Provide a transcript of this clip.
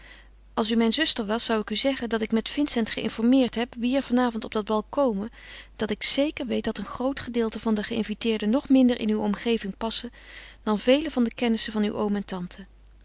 als u mijn zuster was zou ik u zeggen dat ik met vincent geïnformeerd heb wie er van avond op dat bal komen dat ik zeker weet dat een groot gedeelte der geïnviteerden nog minder in uw omgeving passen dan velen van de kennissen van uw oom en tante